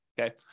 okay